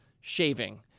shaving